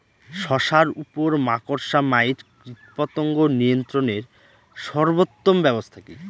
শশার উপর মাকড়সা মাইট কীটপতঙ্গ নিয়ন্ত্রণের সর্বোত্তম ব্যবস্থা কি?